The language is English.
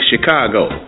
Chicago